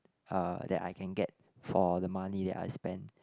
uh that I can get for the money that I spend